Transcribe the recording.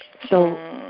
so